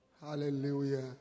Hallelujah